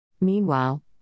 Meanwhile